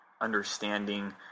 understanding